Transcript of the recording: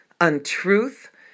untruth